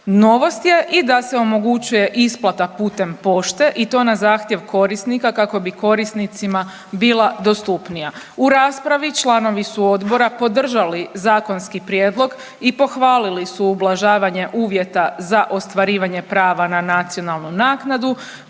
Novost je i da se omogućuje isplata putem pošte i to na zahtjev korisnika kako bi korisnicima bila dostupnija. U raspravi članovi su odbora podržali zakonski prijedlog i pohvalili su ublažavanje uvjeta za ostvarivanje prava na nacionalnu naknadu,